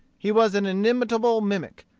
he was an inimitable mimic,